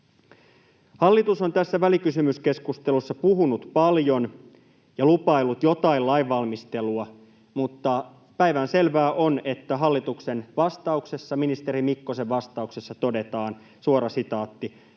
Hallitus on tässä välikysymyskeskustelussa puhunut paljon ja lupaillut jotain lainvalmistelua, mutta päivänselvää on, että hallituksen vastauksessa, ministeri Mikkosen vastauksessa, todetaan: ”Selvää